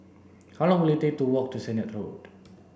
how long will it take to walk to Sennett Road